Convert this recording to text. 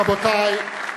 רבותי,